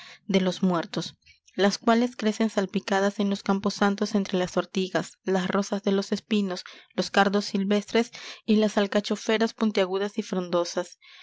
de los muertos las cuales crecen salpicadas en los camposantos entre las ortigas las rosas de los espinos los cardos silvestres y las alcachoferas puntiagudas y frondosas